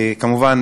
כמובן,